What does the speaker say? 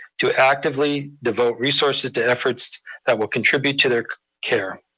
to actively devote resources to efforts that will contribute to their care.